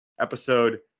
episode